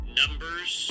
numbers